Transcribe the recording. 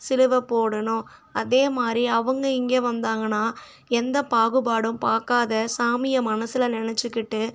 சிலுவை போடணும் அதேமாதிரி அவங்க இங்கே வந்தாங்கனா எந்த பாகுபாடும் பாக்காது சாமியை மனசில் நெனைச்சுக்கிட்டு